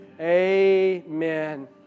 Amen